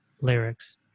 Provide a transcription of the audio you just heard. lyrics